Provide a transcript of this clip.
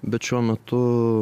bet šiuo metu